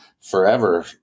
forever